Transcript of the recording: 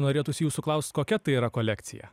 norėtųsi jūsų klaust kokia tai yra kolekcija